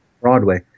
Broadway